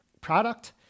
product